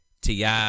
TI